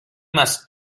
must